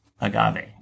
agave